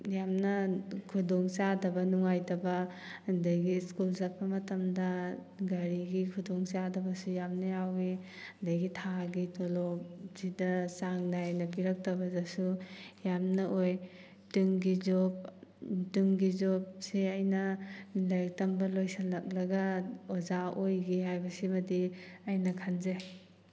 ꯌꯥꯝꯅ ꯈꯨꯗꯣꯡꯆꯥꯗꯕ ꯅꯨꯡꯉꯥꯏꯇꯕ ꯑꯗꯒꯤ ꯁ꯭ꯀꯨꯜ ꯆꯠꯄ ꯃꯇꯝꯗ ꯒꯥꯔꯤꯒꯤ ꯈꯨꯗꯣꯡꯆꯥꯗꯕꯗꯨ ꯌꯥꯝꯅ ꯌꯥꯎꯋꯤ ꯑꯗꯒꯤ ꯊꯥꯒꯤ ꯇꯣꯂꯣꯞꯁꯤꯗ ꯆꯥꯡ ꯅꯥꯏꯅ ꯄꯤꯔꯛꯇꯕꯗꯁꯨ ꯌꯥꯝꯅ ꯑꯣꯏ ꯇꯨꯡꯒꯤ ꯖꯣꯕ ꯇꯨꯡꯒꯤ ꯖꯣꯕꯁꯦ ꯑꯩꯅ ꯂꯥꯏꯔꯤꯛ ꯇꯝꯕ ꯂꯣꯏꯁꯜꯂꯛꯂꯒ ꯑꯣꯖꯥ ꯑꯣꯏꯒꯦ ꯍꯥꯏꯕꯁꯤꯃꯗꯤ ꯑꯩꯅ ꯈꯟꯖꯩ